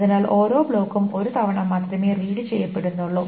അതിനാൽ ഓരോ ബ്ലോക്കും ഒരു തവണ മാത്രമേ റീഡ് ചെയ്യപ്പെടുന്നുള്ളു